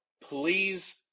please